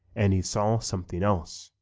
and he saw something else,